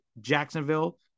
jacksonville